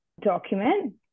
document